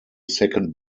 second